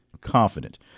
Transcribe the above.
confident